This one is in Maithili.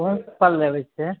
कोन फल लेबै से